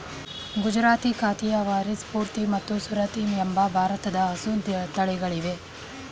ಗುಜರಾತಿ, ಕಾಥಿಯವಾರಿ, ಸೂರ್ತಿ ಮತ್ತು ಸುರತಿ ಎಂಬ ಭಾರದ ಹಸು ತಳಿಗಳಿವೆ